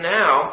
now